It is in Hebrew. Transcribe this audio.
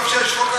טוב שיש חוק הגליל.